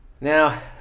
Now